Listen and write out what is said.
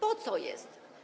Po co jest?